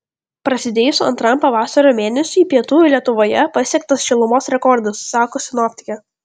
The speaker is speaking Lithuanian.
prasidėjus antram pavasario mėnesiui pietų lietuvoje pasiektas šilumos rekordas sako sinoptikė